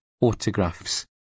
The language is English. autographs